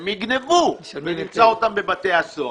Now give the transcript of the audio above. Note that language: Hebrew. הם יגנבו ונמצא אותם בבתי הסוהר.